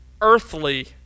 earthly